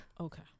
Okay